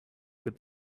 with